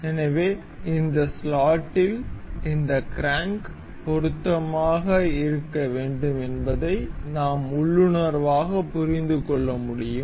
எனவே இந்த ஸ்லாட்டில் இந்த க்ராங்க் பொருத்தமாக இருக்க வேண்டும் என்பதை நாம் உள்ளுணர்வாக புரிந்து கொள்ள முடியும்